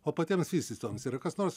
o patiems vystytojams yra kas nors